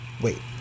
Wait